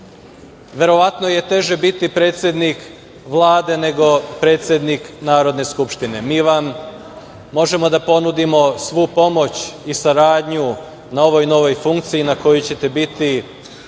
verovatno je teže biti predsednik Vlade nego predsednik Narodne skupštine. Mi vama možemo da ponudimo svu pomoć i saradnju na ovoj novoj funkciji na kojoj ćete biti,